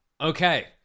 Okay